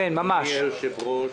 אדוני היושב-ראש,